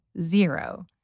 zero